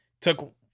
took